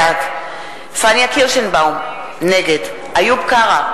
בעד פניה קירשנבאום, נגד איוב קרא,